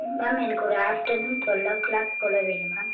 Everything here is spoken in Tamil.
மேம் எனக்கு ஒரு ஆஃப்ட்டர்நூன் டுவெல்லோ கிளாக் போல் வேணும் மேம்